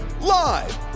live